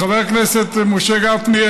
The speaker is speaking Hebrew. חבר הכנסת משה גפני,